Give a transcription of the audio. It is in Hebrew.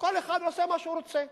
כל אחד עושה מה שהוא רוצה.